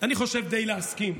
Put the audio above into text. אפשר די להסכים,